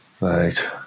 Right